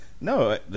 No